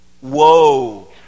Whoa